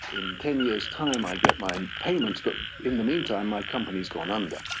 in ten years time i get my payments, but in the meantime my company has gone under.